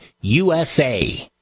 USA